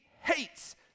hates